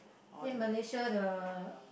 then Malaysia the